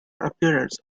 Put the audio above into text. appearance